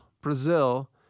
Brazil